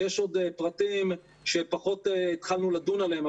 יש עוד פרטים שפחות התחלנו לדון עליהם,